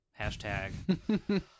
Hashtag